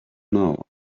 now